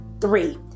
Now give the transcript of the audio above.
Three